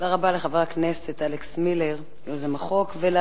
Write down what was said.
תודה רבה לחבר הכנסת אלכס מילר, יוזם החוק.